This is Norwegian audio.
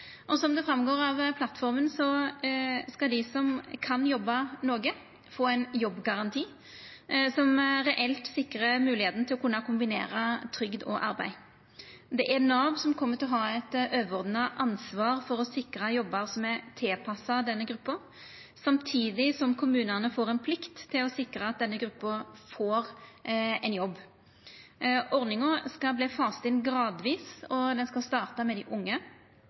Som det går fram av plattforma, skal dei som kan jobba noko, få ein jobbgaranti som reelt sikrar moglegheita til å kunna kombinera trygd og arbeid. Det er Nav som kjem til å ha eit overordna ansvar for å sikra jobbar som er tilpassa denne gruppa, samtidig som kommunane får ei plikt til å sikra at denne gruppa får ein jobb. Ordninga skal verta fasa inn gradvis, og ho skal starta med dei unge.